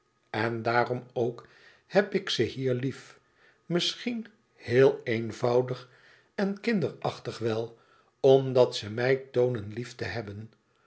en daarom ook heb ik ze hier lief misschien heel eenvoudig en kinderachtig wel omdat ze mij toonen lief te hebben